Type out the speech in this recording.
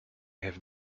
have